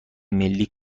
ملی